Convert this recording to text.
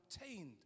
obtained